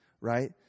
right